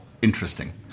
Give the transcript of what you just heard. interesting